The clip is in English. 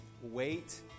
wait